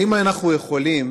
האם אנחנו יכולים